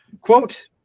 quote